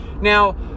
Now